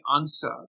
answer